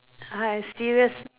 uh serious